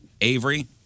Avery